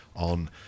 on